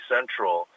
Central